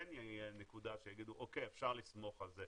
שכן תהיה נקודה שיגידו שאפשר לסמוך על זה.